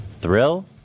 thrill